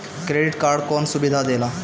Credit card कौन सुबिधा देला?